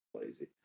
Lazy